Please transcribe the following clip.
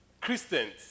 Christians